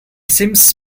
seems